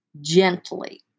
Gently